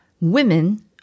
women